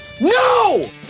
No